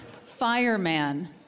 fireman